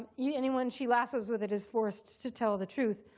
yeah anyone she lassos with it is forced to tell the truth.